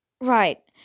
Right